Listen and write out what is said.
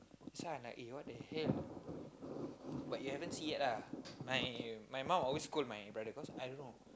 so I like eh what the hell but you haven't see yet ah my my mum always scold my brother cause I don't know